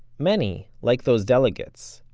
many, like those delegates,